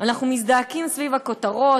אנחנו מזדעקים סביב הכותרות,